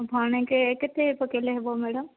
ମାଣକେ କେତେ ପକେଇଲେ ହେବ ମ୍ୟାଡ଼ମ୍